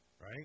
right